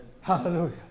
Hallelujah